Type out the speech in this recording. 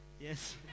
Yes